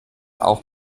auch